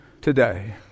today